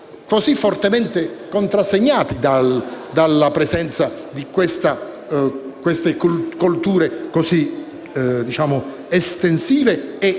così fortemente contrassegnati dalla presenza di queste colture estensive e